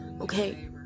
okay